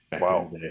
Wow